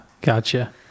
Gotcha